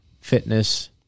fitness